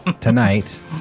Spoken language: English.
tonight